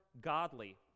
godly